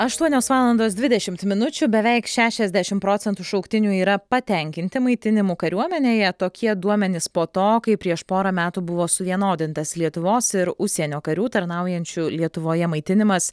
aštuonios valandos dvidešimt minučių beveik šešiasdešim procentų šauktinių yra patenkinti maitinimu kariuomenėje tokie duomenys po to kai prieš porą metų buvo suvienodintas lietuvos ir užsienio karių tarnaujančių lietuvoje maitinimas